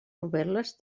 novel·les